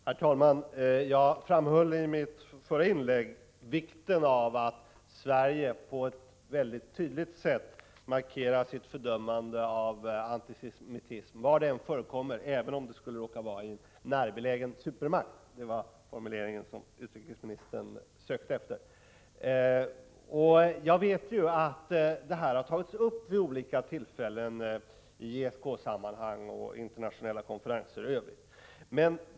Herr talman! Jag framhöll i mitt förra inlägg vikten av att Sverige på ett mycket tydligt sätt markerar sitt fördömande av antisemitismen var den än förekommer, även om det skulle råka vara i en närbelägen supermakt — det var så jag uttryckte mig. Jag vet att detta har tagits upp vid olika tillfällen i ESK-sammanhang, vid internationella konferenser, osv.